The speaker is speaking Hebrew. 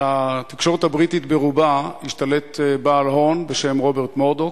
על התקשורת הבריטית ברובה השתלט בעל הון בשם רוברט מרדוק,